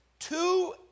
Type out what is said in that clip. Two